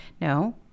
No